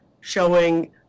showing